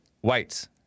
whites